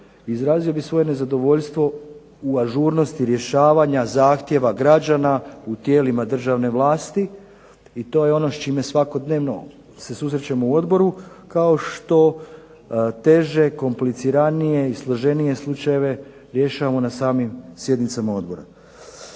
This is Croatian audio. izrazio bih svoje nezadovoljstvo u ažurnosti rješavanja zahtjeva građana u tijelima državne vlasti. I to je ono s čime svakodnevno se susrećemo u odboru kao što teže, kompliciranije i složenije slučajeve rješavamo na samim sjednicama odbora.